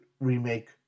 remake